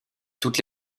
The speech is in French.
toutes